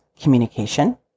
communication